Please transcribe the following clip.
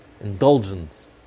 Indulgence